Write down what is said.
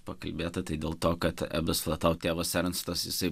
pakalbėta tai dėl to kad visada tau tėvas ernstas jisai